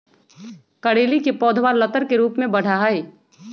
करेली के पौधवा लतर के रूप में बढ़ा हई